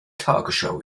tagesschau